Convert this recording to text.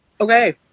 Okay